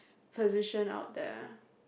position out there